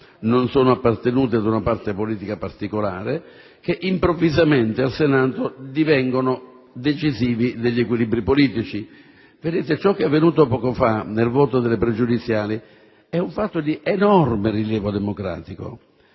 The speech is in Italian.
non sono appartenuti ad una parte politica particolare, che improvvisamente al Senato diventano decisivi per gli equilibri politici. Ciò che è avvenuto poco fa nel voto sulla pregiudiziale è di enorme rilievo democratico